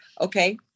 Okay